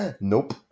nope